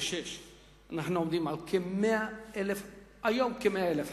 ואנחנו עומדים כיום על כ-100,000 חברות.